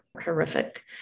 horrific